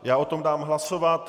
Já o tom dám hlasovat.